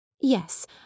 Yes